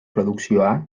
produkzioa